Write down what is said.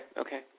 okay